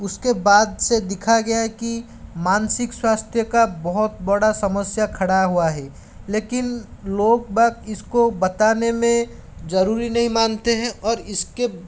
उसके बाद से देखा गया है कि मानसिक स्वास्थ्य का बहुत बड़ा समस्या खड़ा हुआ है लेकिन लोग बाग इसको बताने में ज़रूरी नहीं मानते हैं और इसके